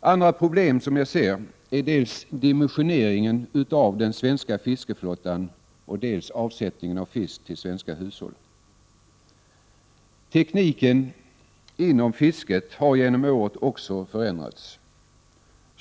Andra problem som jag ser är dels dimensioneringen av svenska fiskeflottan, dels avsättningen av fisk till svenska hushåll. Tekniken inom fisket har genom åren också förändrats.